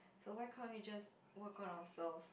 so why can't we just work on ourselves